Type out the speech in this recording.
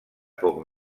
poc